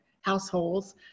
households